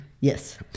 Yes